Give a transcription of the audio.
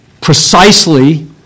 Precisely